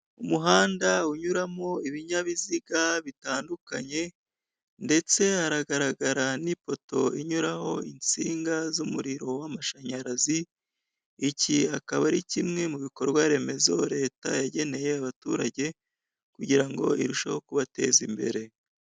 Umuhanda unyuramo ibinyabiziga bitandukanye, ndetse haragaragara n'ipoto inyuraho insiga z'umuriro w'amashanyarazi, iki akaba ari kimwe mu bikorwa remezo Leta yageneye abaturage kugira ngo irusheho kubateza imbere.